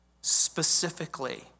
specifically